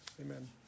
amen